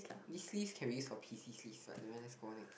this list can be used for pieces list but never mind let's go on next